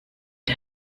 der